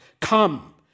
Come